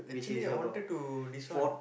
actually I wanted to this one